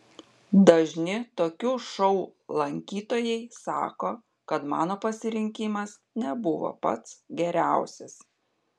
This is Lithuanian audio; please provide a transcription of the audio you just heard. dažni tokių šou lankytojai sako kad mano pasirinkimas nebuvo pats geriausias